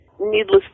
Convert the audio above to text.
Needless